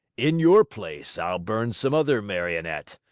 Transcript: in your place i'll burn some other marionette.